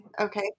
Okay